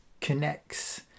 connects